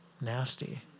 nasty